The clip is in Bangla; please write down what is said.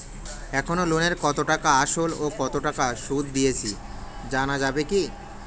এখনো লোনের কত টাকা আসল ও কত টাকা সুদ দিয়েছি জানা যাবে কি?